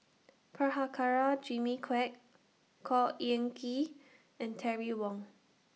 Prabhakara Jimmy Quek Khor Ean Ghee and Terry Wong